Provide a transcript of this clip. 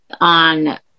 on